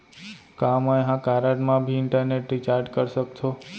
का मैं ह कारड मा भी इंटरनेट रिचार्ज कर सकथो